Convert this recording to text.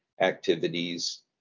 activities